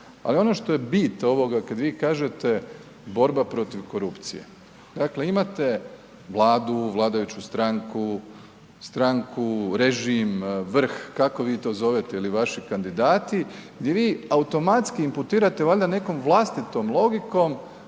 Ali ono što je bit ovoga kad vi kažete borba protiv korupcije. Dakle, imate Vladu, vladajuću stranku, stranku, režim, vrh, kako vi to zovete ili vaši kandidati di vi automatski imputirate valjda nekom vlastitom logikom